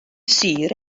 sur